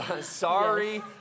Sorry